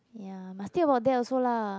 ya must think about that also lah